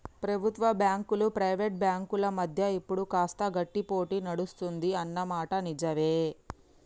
ప్రభుత్వ బ్యాంకులు ప్రైవేట్ బ్యాంకుల మధ్య ఇప్పుడు కాస్త గట్టి పోటీ నడుస్తుంది అన్న మాట నిజవే